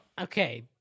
Okay